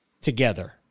together